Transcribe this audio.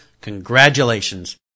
congratulations